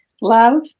love